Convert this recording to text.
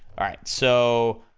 alright, so,